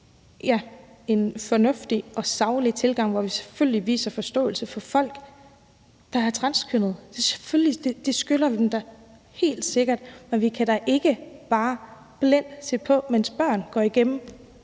have en fornuftig og saglig tilgang, hvor vi selvfølgelig viser forståelse for folk, der er transkønnede – selvfølgelig. Det skylder vi dem da, helt sikkert. Men vi kan da ikke bare blindt se på, mens børn går igennem